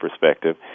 perspective